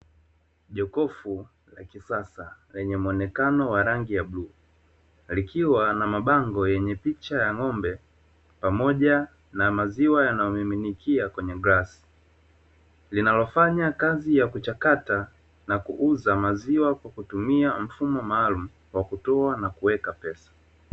Jokofu la kisasa lenye mwonekano wa rangi ya bluu, likiwa na mabango yenye picha ya ng'ombe pamoja na maziwa yanayomiminikia kwenye glasi, linalofanya kazi ya kuchakata na kuuza maziwa kwa kutumia mfumo maalumu, wa kutoa na kuweka pesa.